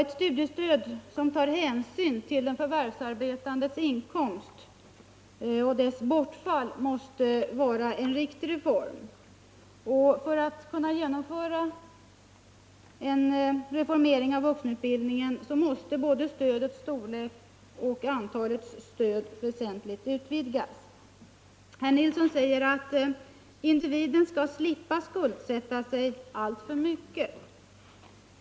Ett studiestöd som tar hänsyn till de förvärvsarbetandes inkomst och dess bortfall måste vara en riktig reform. För att kunna genomföra en reformering av vuxenutbildningen måste både stödets storlek och antalet stöd väsentligt utvidgas. Herr Nilsson i Kristianstad säger att individen skall slippa skuldsätta sig alltför mycket.